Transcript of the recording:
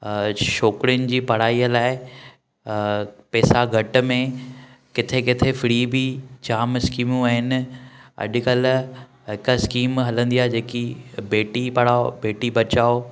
छोकिरिनि जी पढ़ाईय लाइ पैसा घटि में किथे किथे फ़्री बि जाम स्किमूं आहिनि अॼुकल्ह हिक स्कीम हलंदी आहे जेकी बेटी पढ़ाओ बेटी बचाओ